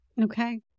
Okay